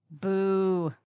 Boo